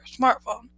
smartphone